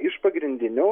iš pagrindinių